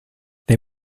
they